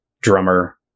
drummer